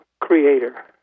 creator